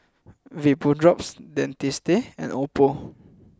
VapoDrops Dentiste and Oppo